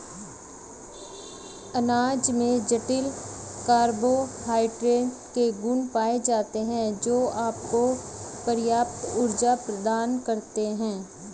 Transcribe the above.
अनाज में जटिल कार्बोहाइड्रेट के गुण पाए जाते हैं, जो आपको पर्याप्त ऊर्जा प्रदान करते हैं